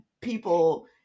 people